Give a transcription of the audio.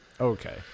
Okay